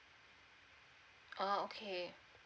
oh okay